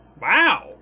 Wow